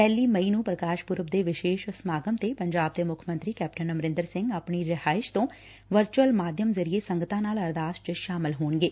ਪਹਿਲੀ ਮਈ ਨੂੰ ਪੁਕਾਸ਼ ਪੁਰਬ ਦੇ ਵਿਸੇਸ਼ ਸਮਾਗਮ ਤੇ ਪੰਜਾਬ ਦੇ ਮੁੱਖ ਮੰਤਰੀ ਕੈਪਟਨ ਅਮਰਿੰਦਰ ਸਿੰਘ ਆਪਣੀ ਰਿਹਾਇਸ਼ ਤੋਂ ਵਰਚੁਅਲ ਮਾਧਿਅਮ ਜ਼ਰੀਏ ਸੰਗਤਾਂ ਨਾਲ ਅਰਦਾਸ ਚ ਸ਼ਾਮਲ ਹੋਣਗੇ